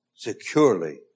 Securely